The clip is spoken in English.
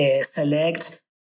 select